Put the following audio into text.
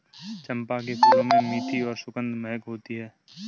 चंपा के फूलों में मीठी और सुखद महक होती है